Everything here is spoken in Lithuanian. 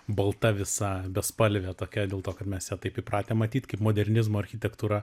balta visa bespalvė tokia dėl to kad mes ją taip įpratę matyt kaip modernizmo architektūra